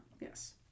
Yes